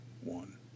One